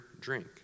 drink